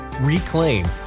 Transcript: reclaim